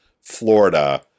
Florida